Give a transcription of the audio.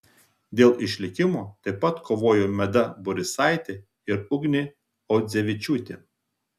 dėl išlikimo taip pat kovojo meda borisaitė ir ugnė audzevičiūtė